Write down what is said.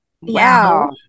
wow